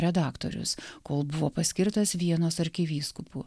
redaktorius kol buvo paskirtas vienos arkivyskupu